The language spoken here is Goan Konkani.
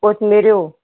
कोत मेऱ्यो